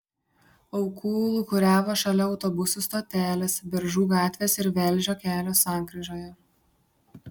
aukų lūkuriavo šalia autobusų stotelės beržų gatvės ir velžio kelio sankryžoje